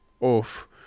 off